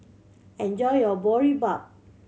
enjoy your Boribap